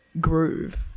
Groove